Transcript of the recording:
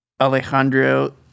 Alejandro